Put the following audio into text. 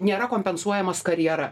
nėra kompensuojamas karjera